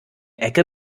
ecke